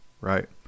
right